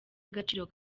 agaciro